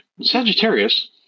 Sagittarius